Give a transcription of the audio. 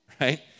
right